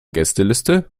gästeliste